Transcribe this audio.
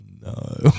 no